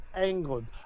England